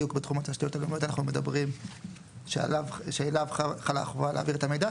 בתחום התשתיות הלאומיות אנחנו מדברים שעליו חלה החובה להעביר את המידע.